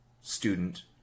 student